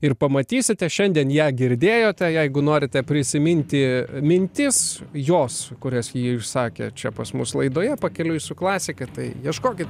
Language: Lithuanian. ir pamatysite šiandien ją girdėjote jeigu norite prisiminti mintis jos kurias ji išsakė čia pas mus laidoje pakeliui su klasika tai ieškokit